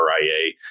RIA